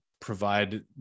provide